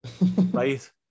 Right